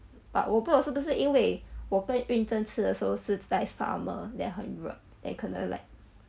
but 我不懂是不是因为我被 yun zen 吃的时候是在 summer then 很热 then 可能 like